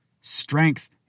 strength